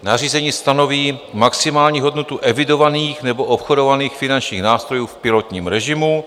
Nařízení stanoví maximální hodnotu evidovaných nebo obchodovaných finančních nástrojů v pilotním režimu.